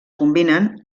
combinen